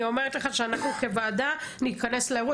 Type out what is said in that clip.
אני אומרת לך שאנחנו כוועדה ניכנס לאירוע,